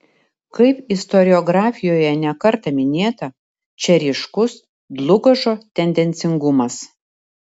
kaip istoriografijoje ne kartą minėta čia ryškus dlugošo tendencingumas